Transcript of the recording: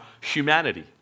humanity